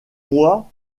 mois